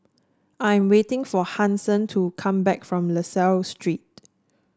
I'm waiting for Hanson to come back from La Salle Street